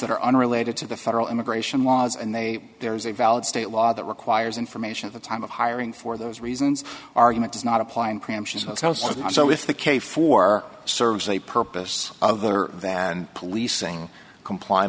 that are unrelated to the federal immigration laws and they there is a valid state law that requires information at the time of hiring for those reasons argument does not apply in preemptions of houses and so if the case for serves a purpose of other than policing comply